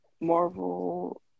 Marvel